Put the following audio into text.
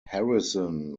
harrison